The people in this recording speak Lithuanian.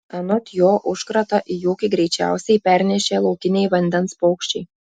anot jo užkratą į ūkį greičiausiai pernešė laukiniai vandens paukščiai